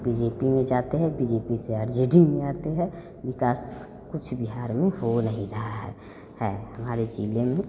B J P में जाते हैं बी जे पी से आर जे डी में आते हैं विकास कुछ बिहार में हो नहीं रहा है हमारे ज़िले में